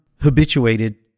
habituated